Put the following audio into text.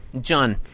John